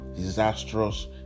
disastrous